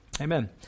Amen